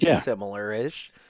similar-ish